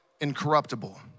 incorruptible